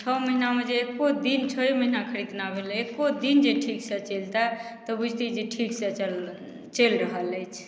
छओ महिनामे जे एको दिन छओ महिना खरीदना भेल एको दिन जे ठीकसँ चलितै तऽ बुझितियै जे ठीकसँ चलि रहल अछि